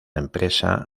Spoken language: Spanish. empresa